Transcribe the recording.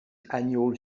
annual